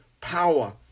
power